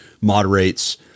moderates